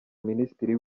minisitiri